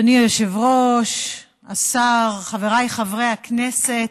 אדוני היושב-ראש, השר, חבריי חברי הכנסת,